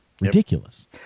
Ridiculous